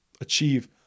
achieve